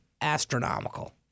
astronomical